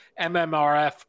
MMRF